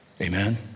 amen